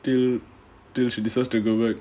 till till she decides to go back